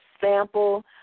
sample